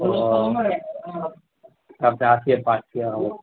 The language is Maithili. हँ ओसभ तऽ आसेपास छै